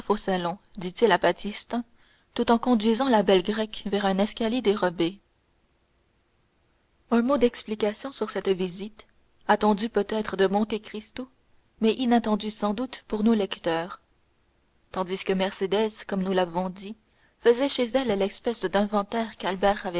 dit-il à baptistin tout en conduisant la belle grecque vers un escalier dérobé un mot d'explication sur cette visite attendue peut-être de monte cristo mais inattendue sans doute pour nos lecteurs tandis que mercédès comme nous l'avons dit faisait chez elle l'espèce d'inventaire